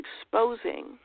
exposing